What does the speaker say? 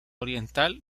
oriental